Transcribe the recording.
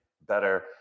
better